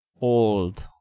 Old